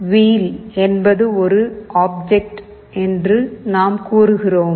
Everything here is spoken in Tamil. "வீல்" "wheel" என்பது ஒரு ஆப்ஜெக்ட் என்று நாம் கூறுகிறோம்